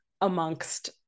amongst